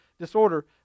disorder